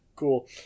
cool